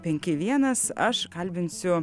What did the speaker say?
penki vienas aš kalbinsiu